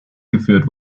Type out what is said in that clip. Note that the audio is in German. geführt